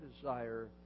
desire